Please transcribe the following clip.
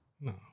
No